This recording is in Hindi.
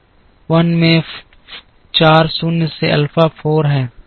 1 में 4 शून्य से अल्फा 4 है